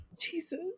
Jesus